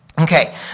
Okay